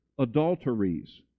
adulteries